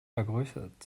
vergrößert